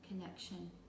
connection